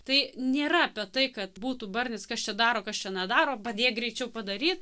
tai nėra apie tai kad būtų barnis kas čia daro kas čia nedaro padėk greičiau padaryt